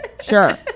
sure